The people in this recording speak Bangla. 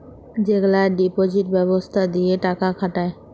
যেগলা ডিপজিট ব্যবস্থা দিঁয়ে টাকা খাটায়